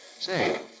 Say